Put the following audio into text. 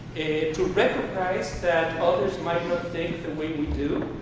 to recognize that others might not think the way we do,